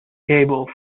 cable